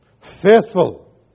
Faithful